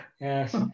Yes